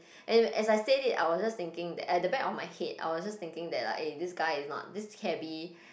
and as I said it I was just thinking that at the back of my head I was just thinking that like eh this guy is not this cabbie